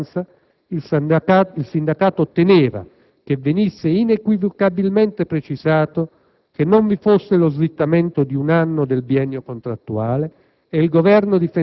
In sostanza, il sindacato otteneva che venisse inequivocabilmente precisato che non vi fosse lo slittamento di un anno del biennio contrattuale,